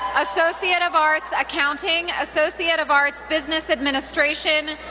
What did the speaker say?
associate of arts, accounting, associate of arts, business administration,